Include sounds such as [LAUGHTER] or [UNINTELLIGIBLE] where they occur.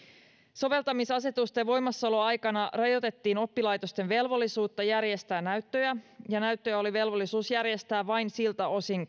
soveltamisasetusten voimassaoloaikana rajoitettiin oppilaitosten velvollisuutta järjestää näyttöjä ja näyttöjä oli velvollisuus järjestää vain siltä osin [UNINTELLIGIBLE]